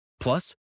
Plus